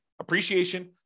Appreciation